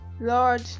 Lord